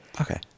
Okay